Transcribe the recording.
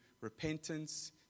repentance